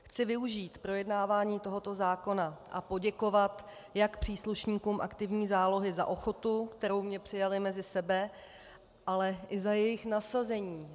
Chci využít projednávání tohoto zákona a poděkovat jak příslušníkům aktivní zálohy za ochotu, se kterou mě přijali mezi sebe, ale i za jejich nasazení.